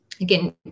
again